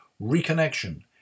Reconnection